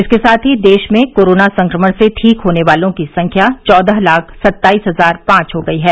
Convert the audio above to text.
इसके साथ ही देश में कोरोना संक्रमण से ठीक होने वालों की संख्या चौदह लाख सत्ताईस हजार पांच हो गई है